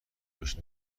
درشت